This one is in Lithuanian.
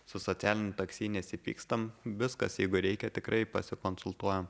su socialiniu taksi nesipykstam viskas jeigu reikia tikrai pasikonsultuojam